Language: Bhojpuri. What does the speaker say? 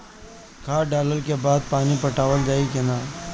खाद डलला के बाद पानी पाटावाल जाई कि न?